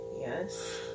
Yes